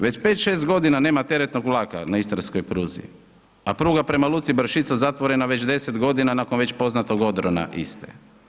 Već 5, 6 godina nema teretnog vlaka na Istarskoj pruzi, a pruga prema luci Brašica zatvorena već 10 godina nakon već poznatog odrona iste.